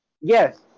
Yes